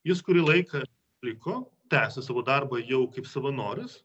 jis kurį laiką liko tęsė savo darbą jau kaip savanoris